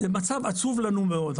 למצב עצוב ועגום מאוד.